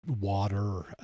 water